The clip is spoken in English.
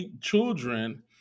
children